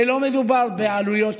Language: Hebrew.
ולא מדובר על עלויות